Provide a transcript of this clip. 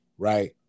right